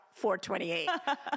428